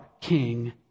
King